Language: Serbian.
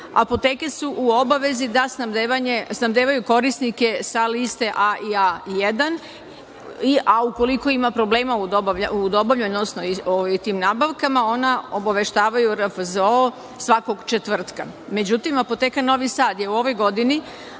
su u obavezi da snabdevaju korisnike sa liste A i A1, a ukoliko ima problema u tim nabavkama, one obaveštavaju RFZO svakog četvrtka. Međutim, Apoteka Novi Sad je u ovoj godini